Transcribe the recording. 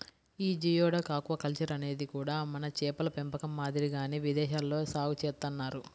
యీ geoduck aquaculture అనేది కూడా మన చేపల పెంపకం మాదిరిగానే విదేశాల్లో సాగు చేత్తన్నారు